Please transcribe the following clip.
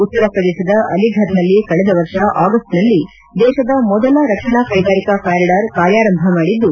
ಉತ್ತರ ಪ್ರದೇಶದ ಅಲಿಫರ್ನಲ್ಲಿ ಕಳೆದ ವರ್ಷ ಆಗಸ್ಟ್ನಲ್ಲಿ ದೇಶದ ಮೊದಲ ರಕ್ಷಣಾ ಕೈಗಾರಿಕಾ ಕಾರಿಡಾರ್ ಕಾರ್ಯಾರಂಭ ಮಾಡಿದ್ದು